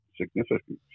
significantly